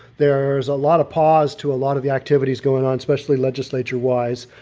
there's a lot of pause to a lot of the activities going on, especially legislature wise.